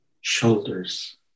shoulders